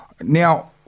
Now